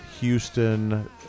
Houston